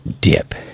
Dip